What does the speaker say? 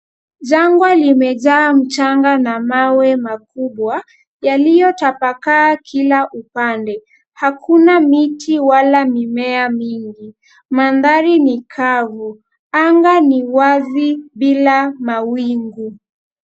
Jangwa limejaa mchanga na mawe makubwa yaliyotapakaa kila upande. Hakuna miti wala mimea mingi. Mandhari ni kavu. Anga ni wazi bila mawingu.